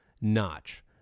notch